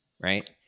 Right